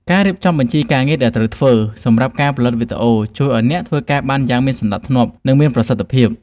ការរៀបចំបញ្ជីការងារដែលត្រូវធ្វើ សម្រាប់ការផលិតវីដេអូ ជួយឱ្យអ្នកធ្វើការបានយ៉ាងមានសណ្ដាប់ធ្នាប់ និងមានប្រសិទ្ធភាព។